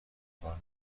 کار